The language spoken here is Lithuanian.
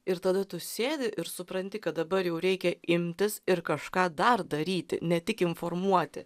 ir tada tu sėdi ir supranti kad dabar jau reikia imtis ir kažką dar daryti ne tik informuoti